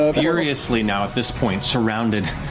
ah furiously now, at this point, surrounded,